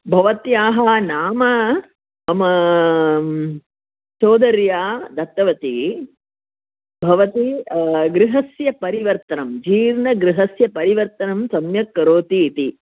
भवत्याः नाम मम सोदर्या दत्तवती भवती गृहस्य परिवर्तनं जीर्णगृहस्य परिवर्तनं सम्यक् करोति इति